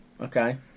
okay